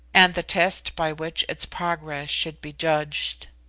and the test by which its progress should be judged?